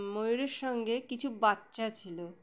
ময়ূরের সঙ্গে কিছু বাচ্চা ছিল